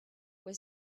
were